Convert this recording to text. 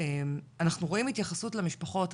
אנחנו רואים התייחסות למשפחות,